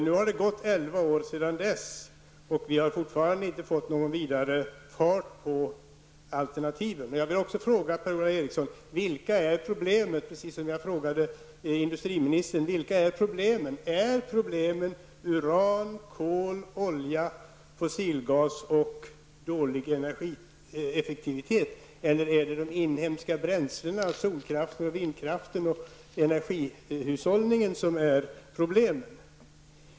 Nu har det gått elva år sedan dess, och vi har fortfarande inte fått någon vidare fart på alternativen. Precis som jag frågade industriministern vill jag fråga Per Ola Eriksson: Vilka är problemen? Är problemen uran, kol, olja, fossilgas och dålig energieffektivitet, eller är det de inhemska bränslena solkraften, vindkraften och energihushållningen som är problemen?